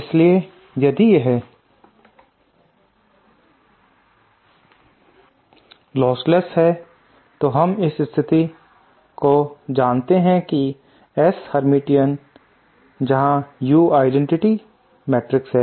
इसलिए यदि है लोस्टलेस है तो हम इस स्थिति को जानते हैं कि S हर्मिटियन जहां U आइडेंटिटी मैट्रिक्स है